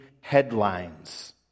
headlines